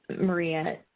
Maria